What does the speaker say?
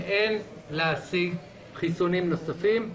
אין להשיג חיסונים נוספים.